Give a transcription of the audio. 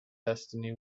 destiny